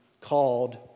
called